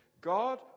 God